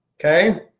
Okay